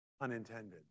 unintended